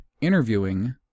interviewing